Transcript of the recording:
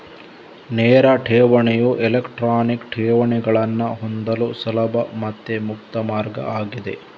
ನೇರ ಠೇವಣಿಯು ಎಲೆಕ್ಟ್ರಾನಿಕ್ ಠೇವಣಿಗಳನ್ನ ಹೊಂದಲು ಸುಲಭ ಮತ್ತೆ ಮುಕ್ತ ಮಾರ್ಗ ಆಗಿದೆ